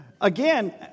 again